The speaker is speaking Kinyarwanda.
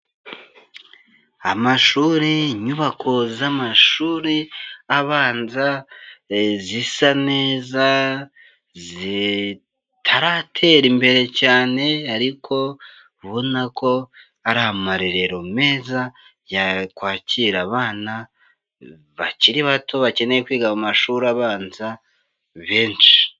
Amashuri, inyubako z'amashuri abanza, zisa neza zitaratera imbere cyane ariko ubona ko ari amarerero meza ya kwakira abana bakiri bato bakeneye kwiga mu mashuri abanza benshi.